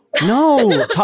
No